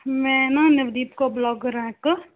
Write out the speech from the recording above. ਮੈਂ ਨਾ ਨਵਦੀਪ ਕੌਰ ਵਲੋਗਰ ਹਾਂ ਇੱਕ